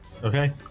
Okay